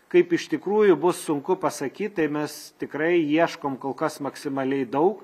kaip iš tikrųjų bus sunku pasakyt tai mes tikrai ieškom kol kas maksimaliai daug